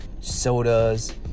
sodas